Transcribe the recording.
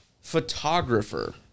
Photographer